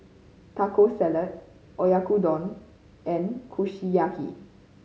Taco Salad Oyakodon and Kushiyaki